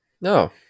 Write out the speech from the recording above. No